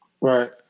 Right